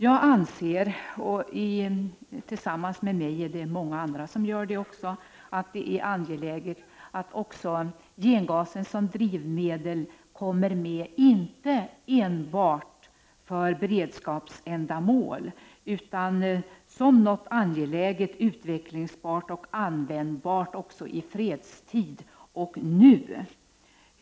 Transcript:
Jag anser — och många med mig — att det är angeläget att också gengasen som drivmedel kommer med, inte enbart för beredskapsändamål utan som något angeläget utvecklingsbart och användbart också i fredstid, och nu.